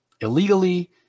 illegally